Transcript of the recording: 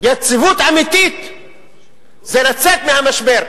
יציבות אמיתית זה לצאת מהמשבר,